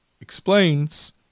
explains